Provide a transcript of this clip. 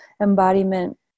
embodiment